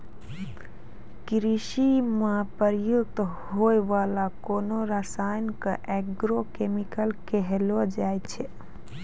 कृषि म प्रयुक्त होय वाला कोनो रसायन क एग्रो केमिकल कहलो जाय छै